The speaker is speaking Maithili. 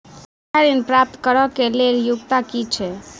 शिक्षा ऋण प्राप्त करऽ कऽ लेल योग्यता की छई?